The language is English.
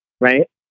Right